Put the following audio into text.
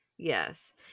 Yes